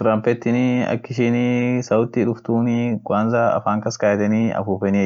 vayolinii ak ishin sauti duftuununii, ishinii vibrationie wayolesunii springi sunii,